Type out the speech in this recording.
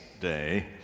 Day